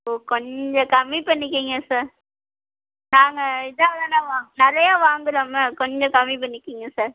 ஓ கொஞ்சம் கம்மி பண்ணிக்கோங்க சார் நாங்கள் இதான் தானே வா நிறையா வாங்கிறோமே கொஞ்சம் கம்மி பண்ணிக்கோங்க சார்